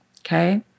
Okay